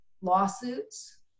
lawsuits